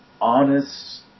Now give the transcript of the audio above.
honest